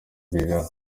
rwigara